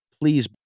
Please